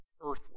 earthly